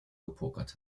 gepokert